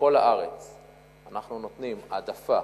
שבכל הארץ אנחנו נותנים העדפה